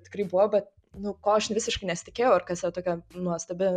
tikrai buvo bet nu ko aš visiškai nesitikėjau ar kas yra tokia nuostabi